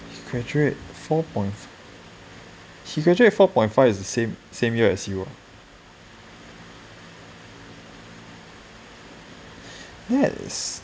graduate four point five he graduate four point five as the same year as you ah that is